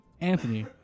Anthony